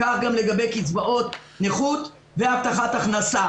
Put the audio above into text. כך גם לגבי קצבאות נכות והבטחת הכנסה.